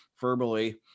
verbally